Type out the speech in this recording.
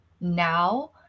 now